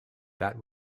that